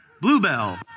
Bluebell